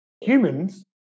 Humans